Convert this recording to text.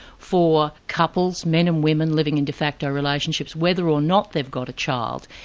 for couples, men and women living in de facto relationships, whether or not they've got a child,